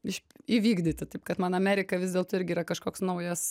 iš įvykdyti taip kad man amerika vis dėlto irgi yra kažkoks naujas